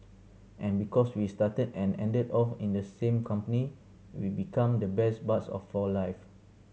and because we started and ended off in the same company we become the best buds of for life